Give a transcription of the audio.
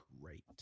great